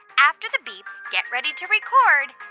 after the beep, get ready to record